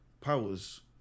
powers